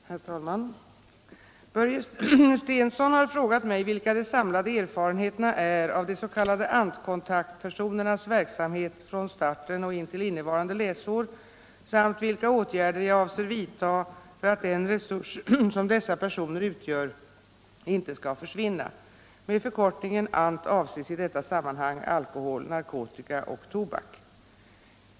Herr talman! Börje Stensson har frågat mig vilka de samlade erfarenheterna är av de s.k. ANT-kontaktpersonernas verksamhet från starten och intill innevarande läsår samt vilka åtgärder jag avser vidta för att den resurs som dessa personer utgör inte skall försvinna. Med förkortningen ANT avses i detta sammanhang alkohol, narkotika och tobak.